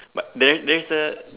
but there's there's a